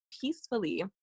peacefully